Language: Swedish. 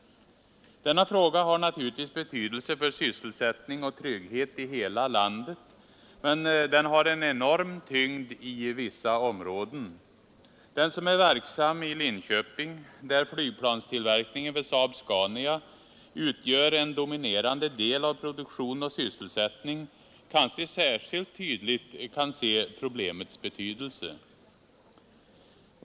Denna fråga har naturligtvis betydelse för sysselsättning och trygghet i hela landet, men den har en enorm tyngd i vissa områden. Den som är verksam i Linköping, där flygplanstillverkningen vid SAAB-Scania utgör en dominerande del av produktion och sysselsättning, kanske särskilt tydligt kan se problemets betydelse.